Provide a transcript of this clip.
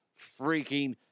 freaking